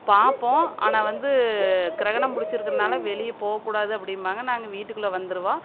பார்ப்போம் ஆனால் வந்து கிரகணம் பிடிச்சிருக்கனால வெளியே போகக்கூடாது அப்படிம்பாங்க நாங்கள் வீட்டுக்குள்ளே வந்துடுவோம்